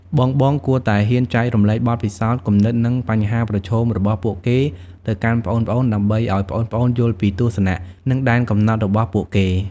បងៗគួរតែហ៊ានចែករំលែកបទពិសោធន៍ គំនិត និងបញ្ហាប្រឈមរបស់ពួកគេទៅកាន់ប្អូនៗ ដើម្បីឱ្យប្អូនៗយល់ពីទស្សនៈ និងដែនកំណត់របស់ពួកគេ។